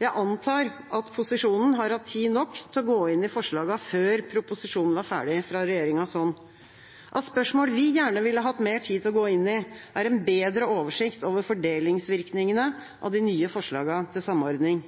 Jeg antar at posisjonen har hatt nok tid til å gå inn i forslagene før proposisjonen var ferdig fra regjeringas hånd. Av spørsmål vi gjerne ville hatt mer tid til å gå inn i, er en bedre oversikt over fordelingsvirkningene av de nye forslagene til samordning.